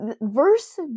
verse